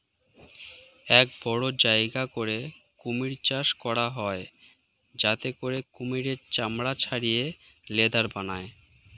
এক বড় জায়গা করে কুমির চাষ করা হয় যাতে করে কুমিরের চামড়া ছাড়িয়ে লেদার বানায়